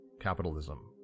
capitalism